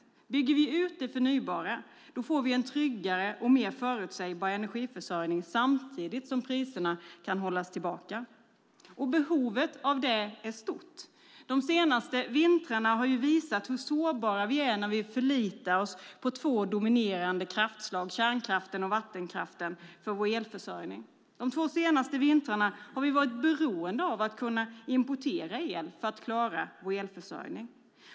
Bygger vi ut det förnybara får vi en tryggare och mer förutsägbar energiförsörjning, samtidigt som priserna kan hållas tillbaka. Och behovet av det är stort. De senaste vintrarna har visat hur sårbara vi är när vi förlitar oss på två dominerande kraftslag, kärnkraften och vattenkraften, för vår elförsörjning. De två senaste vintrarna har vi varit beroende av att kunna importera el för att klara vår elförsörjning.